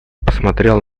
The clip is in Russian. посмотрел